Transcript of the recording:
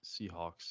Seahawks